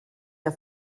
der